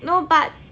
no but